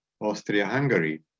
Austria-Hungary